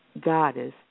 goddess